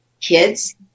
kids